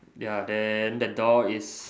ya then the door is